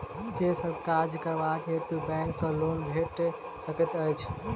केँ सब काज करबाक हेतु बैंक सँ लोन भेटि सकैत अछि?